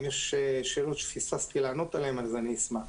אם יש שאלות שפספסתי לענות עליהן אני אשמח.